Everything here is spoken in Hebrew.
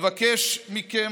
אבקש מכם,